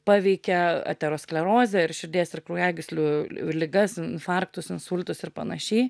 paveikia aterosklerozę ir širdies ir kraujagyslių ligas infarktus insultus ir panašiai